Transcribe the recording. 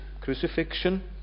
crucifixion